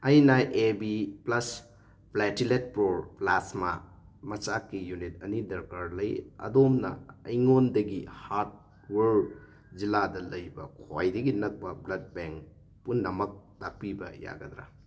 ꯑꯩꯅ A B plus platelet poor plasma ꯃꯆꯥꯛꯀꯤ unit ꯑꯅꯤ ꯗꯔꯀꯥꯔ ꯂꯩ ꯑꯗꯣꯝꯅ ꯑꯩꯉꯣꯟꯗꯒꯤ ꯍꯔꯗ꯭ꯋꯥꯔ ꯖꯤꯜꯖꯥꯗ ꯂꯩꯕ ꯈ꯭ꯋꯥꯏꯗꯒꯤ ꯅꯛꯄ ꯕ꯭ꯂꯗ ꯕꯦꯡ ꯄꯨꯝꯅꯃꯛ ꯇꯥꯛꯄꯤꯕ ꯌꯥꯒꯗ꯭ꯔꯥ